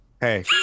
Hey